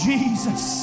Jesus